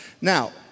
Now